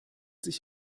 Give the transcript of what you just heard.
sich